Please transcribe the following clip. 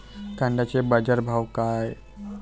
कांद्याचे बाजार भाव का हाये?